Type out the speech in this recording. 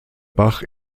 bach